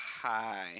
Hi